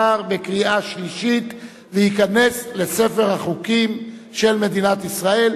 עברה בקריאה שלישית והחוק ייכנס לספר החוקים של מדינת ישראל.